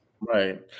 Right